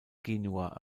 genua